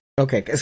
okay